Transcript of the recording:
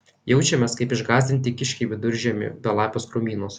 jaučiamės kaip išgąsdinti kiškiai viduržiemį belapiuos krūmynuos